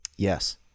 Yes